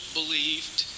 believed